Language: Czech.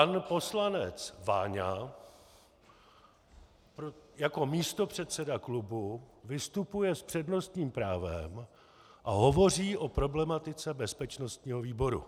Pan poslanec Váňa, jako místopředseda klubu vystupuje s přednostním právem a hovoří o problematice bezpečnostního výboru.